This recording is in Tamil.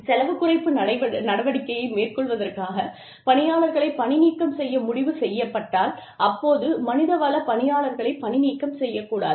செலவுக் குறைப்பு நடவடிக்கையை மேற்கொள்வதற்காக பணியாளர்களை பணிநீக்கம் செய்ய முடிவு செய்யப்பட்டால் அப்போது மனிதவள பணியாளர்களை பணிநீக்கம் செய்யக்கூடாது